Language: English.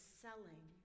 selling